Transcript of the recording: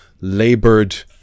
labored